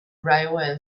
railway